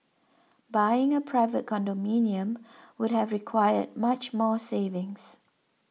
buying a private condominium would have required much more savings